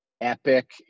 epic